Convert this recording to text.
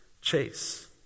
chase